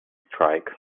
strike